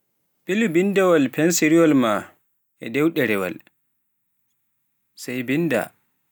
ɓilu binndawaal pensiriwal maa e dow ɗerewaal, sai binnda.